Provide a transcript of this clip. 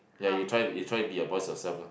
ya you try you try be a boss yourself lah